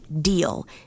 DEAL